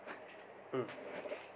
mm